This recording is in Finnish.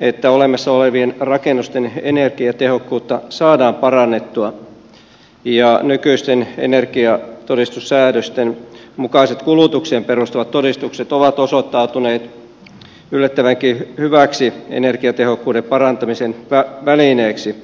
että olemassa olevien rakennusten energiatehokkuutta saadaan parannettua ja nykyisten energiatodistussäädösten mukaiset kulutukseen perustuvat todistukset osoittautuneet yllättävänkin hyväksi energiatehokkuuden parantamisen välineeksi